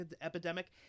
epidemic